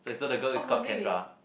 orh her name is